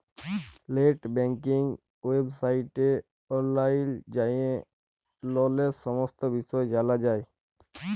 late banking ওয়েবসাইটে অললাইল যাঁয়ে ললের সমস্ত বিষয় জালা যায়